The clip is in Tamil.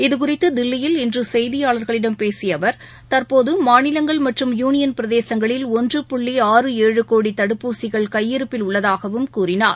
இதுகுறித்துதில்லியில் இன்றுசெய்தியாளர்களிடம் பேசியஅவர் தற்போதமாநிலங்கள் மற்றும் யூளியன் பிரதேசங்களில் ஒன்று புள்ளி ஆறு ஏழு கோடிதடுப்பூசிகள் கையிருப்பில் உள்ளதாகவும் கூறினார்